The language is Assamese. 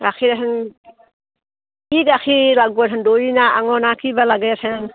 গাখীৰহেন কি গাখীৰ লাগবহে দৈ না আঙ না কিবা লাগেহেন